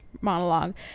Monologue